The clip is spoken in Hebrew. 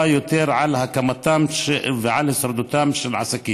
יותר על הקמתם ועל הישרדותם של עסקים,